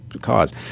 cause